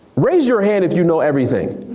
raise your hand if you know everything.